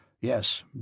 Yes